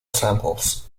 samples